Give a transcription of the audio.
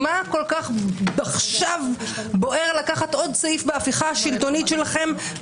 מה כל כך עכשיו בוער לקחת עוד סעיף בהפיכה השלטונית שלכם,